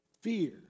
fear